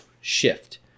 shift